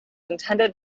intended